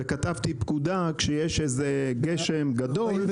וכתבתי פקודה שכשיש גשם גדול,